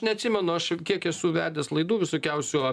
neatsimenu aš kiek esu vedęs laidų visokiausių